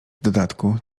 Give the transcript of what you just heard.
dodatku